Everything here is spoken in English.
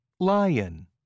Lion